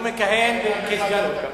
הוא מכהן כסגן ראש הממשלה.